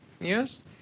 yes